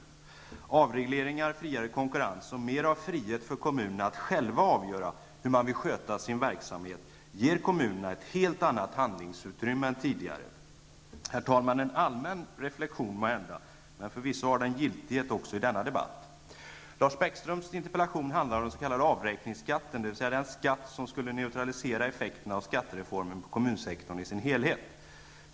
Avregleringar, friare konkurrens och mer av frihet för kommunerna att själva avgöra hur de vill sköta sin verksamhet ger kommunerna ett helt annat handlingsutrymme än de hade tidigare. Herr talman! Det var måhända en allmän reflexion, men den har förvisso giltighet också i denna debatt. avräkningsskatten, dvs. den skatt som skulle neutralisera effekterna av skattereformen på kommunsektorn i dess helhet.